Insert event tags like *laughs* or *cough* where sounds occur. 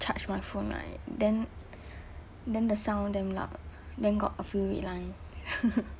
charge my phone right then then the sound damn loud then got a few red line *laughs*